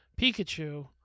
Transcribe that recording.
Pikachu